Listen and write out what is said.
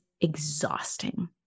exhausting